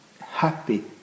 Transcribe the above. happy